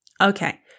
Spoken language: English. Okay